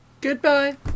Goodbye